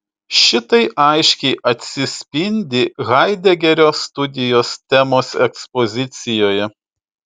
šitai aiškiai atsispindi haidegerio studijos temos ekspozicijoje